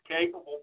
capable